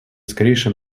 скорейшее